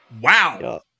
Wow